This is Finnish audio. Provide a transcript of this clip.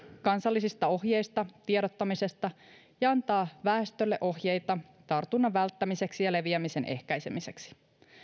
kansallisista ohjeista ja tiedottamisesta ja antaa väestölle ohjeita tartunnan välttämiseksi ja leviämisen ehkäisemiseksi